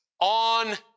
on